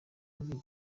ibibi